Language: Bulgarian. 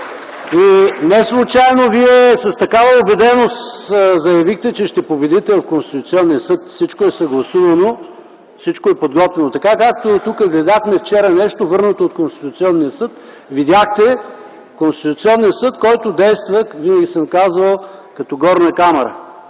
Неслучайно Вие с такава убеденост заявихте, че ще победите в Конституционния съд – всичко е съгласувано, всичко е подготвено. Когато гледахме вчера нещо, върнато от Конституционния съд, видяхте, че той действа, винаги съм казвал, като Горна камара.